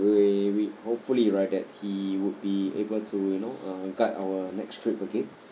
we we hopefully right that he would be able to you know uh guide our next trip again